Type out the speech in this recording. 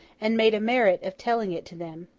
and made a merit of telling it to them.